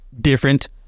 different